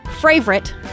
favorite